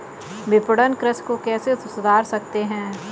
विपणन कृषि को कैसे सुधार सकते हैं?